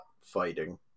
fighting